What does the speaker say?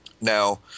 now